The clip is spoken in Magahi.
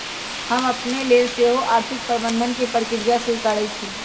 हम अपने लेल सेहो आर्थिक प्रबंधन के प्रक्रिया स्वीकारइ छी